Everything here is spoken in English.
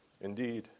Indeed